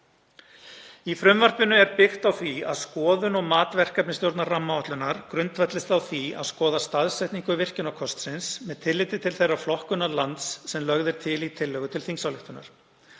Í frumvarpinu er byggt á því að skoðun og mat verkefnisstjórnar rammaáætlunar grundvallist á því að skoða staðsetningu virkjunarkostsins með tilliti til þeirrar flokkunar lands sem lögð er til í tillögu til þingsályktunar.